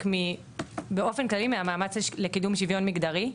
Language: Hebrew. באופן כללי מהמאמץ לקידום שוויון מגדרי.